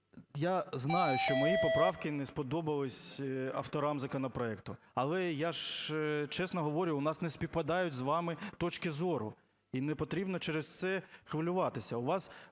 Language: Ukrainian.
я знаю, що мої поправки не сподобались авторам законопроекту, але я ж чесно говорю, у нас не співпадають з вами точки зору, і не потрібно через це хвилюватися.